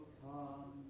come